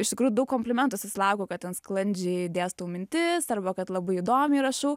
iš tikrųjų daug komplimentų susilaukiau kad ten sklandžiai dėstau mintis arba kad labai įdomiai rašau